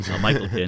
Michael